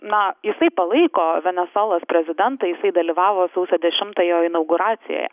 na jisai palaiko venesuelos prezidentą jisai dalyvavo sausio dešimtą jo inauguracijoje